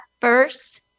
first